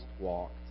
walked